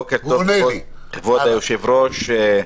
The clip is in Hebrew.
כבוד היושב-ראש,